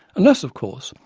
unless of course,